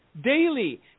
daily